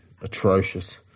Atrocious